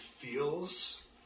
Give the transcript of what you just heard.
feels